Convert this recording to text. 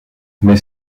mais